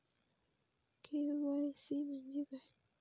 KYC म्हणजे काय?